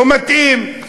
לא מתאים.